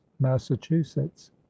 massachusetts